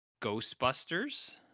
Ghostbusters